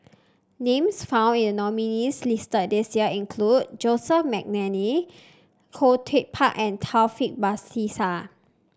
names found in the nominees' list this year include Joseph McNally Khoo Teck Puat and Taufik Batisah